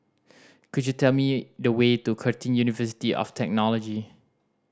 could you tell me the way to Curtin University of Technology